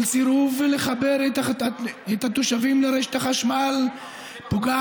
כל סירוב לחבר את התושבים לרשת החשמל פוגע